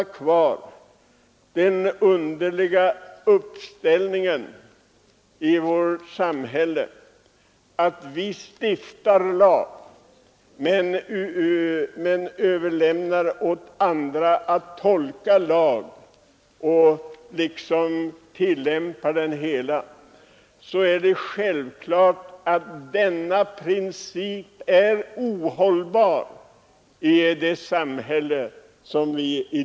Den underliga situationen att riksdagen stiftar lagar men överlämnar åt andra att tolka och tillämpa dem är ohållbar i dagens samhälle.